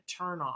turnoff